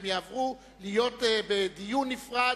הם יעברו להיות בדיון נפרד,